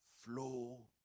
flow